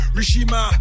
Rishima